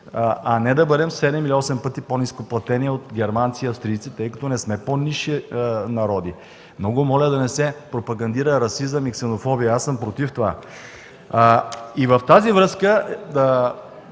а не да бъдем седем или осем пъти по-ниско платени от германци, австрийци, тъй като не сме по-нисши народи! Много моля да не се пропагандира расизъм и ксенофобия. Аз съм против това. И в тази връзка да